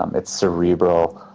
um it's cerebral.